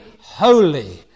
holy